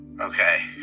Okay